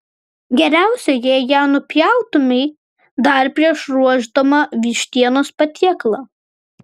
geriausia jei ją nupjautumei dar prieš ruošdama vištienos patiekalą